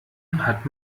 hat